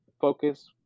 focus